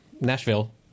Nashville